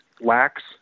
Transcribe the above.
lax